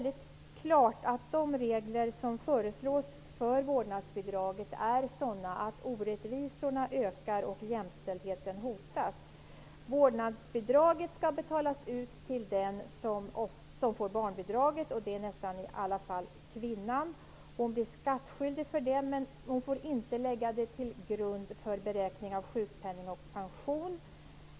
Rapporten visar väldigt klart att de regler som föreslås skall gälla för vårdnadsbidraget är sådana att orättvisorna ökar och jämställdheten hotas. Vårdnadsbidraget skall betalas ut till den som får barnbidraget, och det är nästan i samtliga fall kvinnan. Hon blir skattskyldig för vårdnadsbidraget, men hon får inte lägga det som grund vid beräkning av sjukpenning och pension.